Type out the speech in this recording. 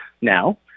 now